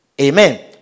Amen